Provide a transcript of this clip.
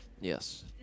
Yes